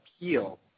appeal